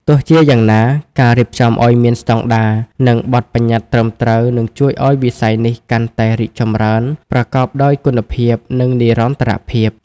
ទោះជាយ៉ាងណា ការរៀបចំឲ្យមានស្តង់ដារ និងបទប្បញ្ញត្តិត្រឹមត្រូវ នឹងជួយឲ្យវិស័យនេះកាន់តែរីកចម្រើនប្រកបដោយគុណភាព និងនិរន្តរភាព។